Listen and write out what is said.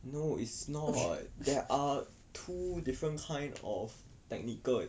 no is not there are two different kind of technical